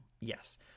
yes